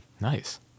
Nice